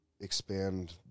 expand